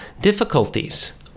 difficulties